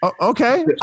Okay